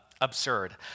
absurd